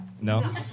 No